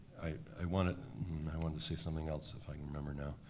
i wanted i wanted to say something else if i can remember now.